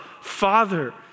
Father